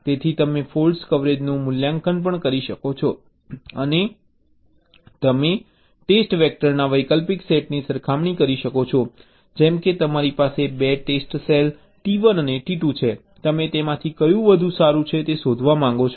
તેથી તમે ફૉલ્ટ કવરેજનું મૂલ્યાંકન પણ કરી શકો છો અને તમે ટેસ્ટ વેક્ટરના વૈકલ્પિક સેટની સરખામણી કરી શકો છો જેમ કે તમારી પાસે 2 ટેસ્ટ સેલ t1 અને t2 છે તમે તેમાંથી કયું વધુ સારું છે તે શોધવા માંગો છો